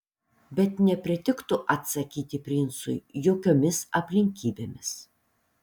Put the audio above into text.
bet nepritiktų atsakyti princui jokiomis aplinkybėmis